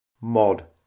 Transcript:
mod